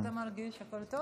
איך אתה מרגיש, יותר טוב?